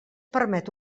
permet